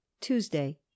Tuesday